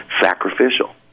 sacrificial